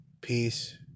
Peace